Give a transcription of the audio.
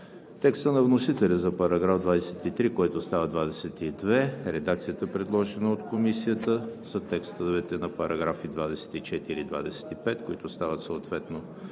текста на вносителя за § 23, който става § 22; редакцията, предложена от Комисията за текстовете на параграфи 24 и 25, които стават съответно